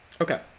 Okay